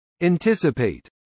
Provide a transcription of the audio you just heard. Anticipate